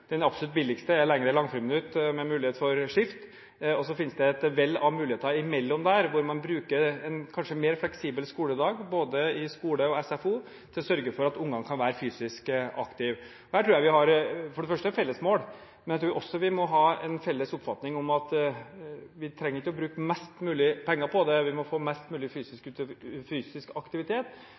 Den absolutt billigste er lengre langfriminutt med mulighet for skift. Så finnes det et vell av muligheter mellom der, hvor man kanskje kan bruke dagen mer fleksibelt – både i skolen og i SFO – for å sørge for at ungene kan være fysisk aktive. Der tror jeg vi for det første har et felles mål, men jeg tror også vi må ha en felles oppfatning om at vi ikke trenger å bruke mest mulig penger på det; vi må få mest mulig fysisk